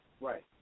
Right